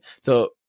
So-